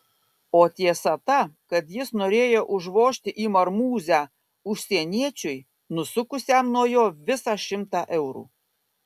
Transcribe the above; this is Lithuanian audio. o tiesa ta kad jis norėjo užvožti į marmūzę užsieniečiui nusukusiam nuo jo visą šimtą eurų